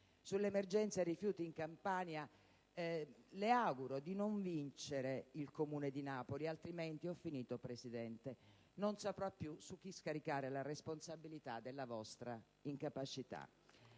Sull'emergenza rifiuti in Campania, le auguro di non vincere il Comune di Napoli, altrimenti non saprà più su chi scaricare la responsabilità della vostra incapacità.